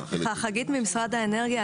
סליחה, חגית ממשרד האנרגיה.